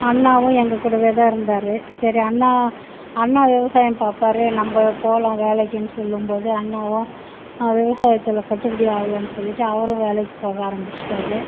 அண்ணாவும் எங்கள் கூடவேதான் இருந்தார் சரி அண்ணா அண்ணா விவசாயம் பாப்பார் நம்ப போகலாம் வேலைக்குன்னு சொல்லும்போது அண்ணாவும் விவசாயத்தில் கட்டுப்படி ஆகலன்னு சொல்லிவிட்டு அவரும் வேலைக்கு போக ஆரம்பிச்சிட்டார்